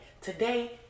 today